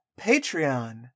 Patreon